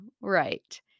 right